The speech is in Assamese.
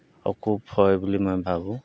হয় বুলি মই ভাবোঁ